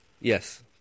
Yes